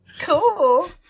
Cool